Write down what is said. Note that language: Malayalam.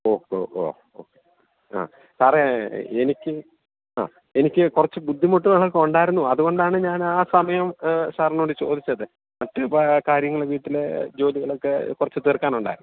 ഓക്കെ ഓ ഓക്കെ ആ സാറേ എനിക്ക് ആ എനിക്കു കുറച്ചു ബുദ്ധിമുട്ടുകളൊക്കെ ഉണ്ടായിരുന്നു അതുകൊണ്ടാണ് ഞാൻ ആ സമയം സാറിനോട് ചോദിച്ചത് മറ്റു കാര്യങ്ങള് വീട്ടില് ജോലികളൊക്കെ കുറച്ചു തീർക്കാനുണ്ടായിരുന്നു